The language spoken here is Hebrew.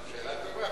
שאלה טובה.